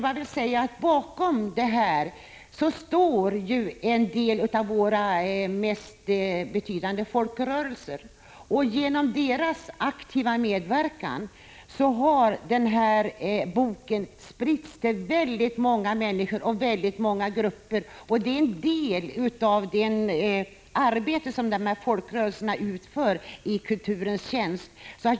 Bakom den står ju en del av våra mest betydande folkrörelser. Med deras aktiva medverkan har den här boken spritts till väldigt många grupper. Det är en del av det arbete som folkrörelserna utför i kulturens tjänst.